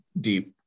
deep